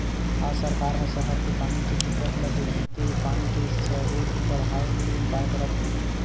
आज सरकार ह सहर के पानी के दिक्कत ल देखके पानी के सरोत बड़हाए के उपाय करत हे